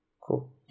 Cool